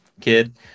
kid